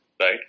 right